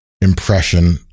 impression